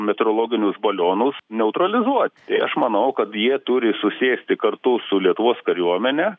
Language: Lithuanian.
meteorologinius balionus neutralizuot tai aš manau kad jie turi susėsti kartu su lietuvos kariuomene